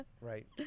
right